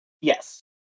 Yes